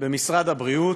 במשרד הבריאות,